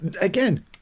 again